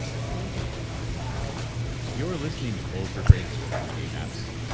a state of high performance you're listening to bulletproof radio with dave asprey.